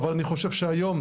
אבל אני חושב שהיום,